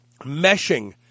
meshing